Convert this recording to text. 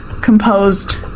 composed